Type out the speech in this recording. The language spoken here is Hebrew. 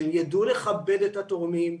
שיידעו לכבד את התורמים,